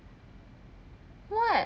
what